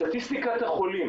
סטטיסטיקת החולים